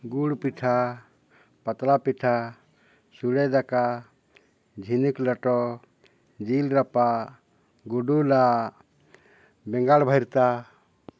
ᱜᱩᱲ ᱯᱤᱴᱷᱟᱹ ᱯᱟᱛᱲᱟ ᱯᱤᱴᱷᱟᱹ ᱥᱳᱲᱮ ᱫᱟᱠᱟ ᱡᱷᱤᱱᱩᱠ ᱞᱮᱴᱚ ᱡᱤᱞ ᱨᱟᱯᱟᱜ ᱜᱩᱰᱩ ᱞᱟᱫ ᱵᱷᱟᱹᱨᱛᱟ